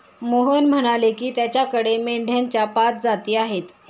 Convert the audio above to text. मोहन म्हणाले की, त्याच्याकडे मेंढ्यांच्या पाच जाती आहेत